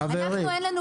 לא.